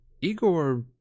Igor